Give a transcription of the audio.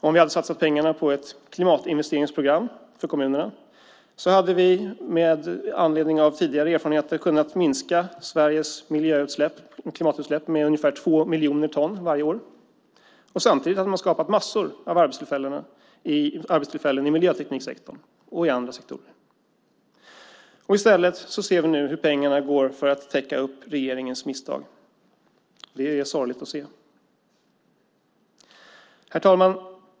Om vi hade satsat pengarna på ett klimatinvesteringsprogram för kommunerna hade vi i enlighet med tidigare erfarenheter kunna minska Sveriges miljöutsläpp och klimatutsläpp med ungefär två miljoner ton varje år, och samtidigt hade vi skapat massor av arbetstillfällen i miljötekniksektorn och i andra sektorer. I stället ser vi nu hur pengarna går till att täcka upp regeringens misstag. Det är sorgligt att se. Herr talman!